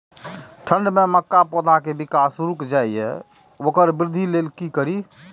ठंढ में मक्का पौधा के विकास रूक जाय इ वोकर वृद्धि लेल कि करी?